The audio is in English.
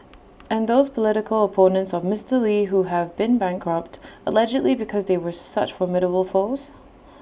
and those political opponents of Mister lee who have been bankrupted allegedly because they were such formidable foes